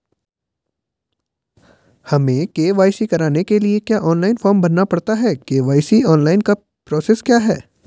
हमें के.वाई.सी कराने के लिए क्या ऑनलाइन फॉर्म भरना पड़ता है के.वाई.सी ऑनलाइन का प्रोसेस क्या है?